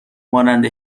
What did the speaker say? مانند